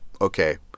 okay